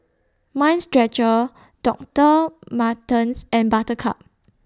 Mind Stretcher Doctor Martens and Buttercup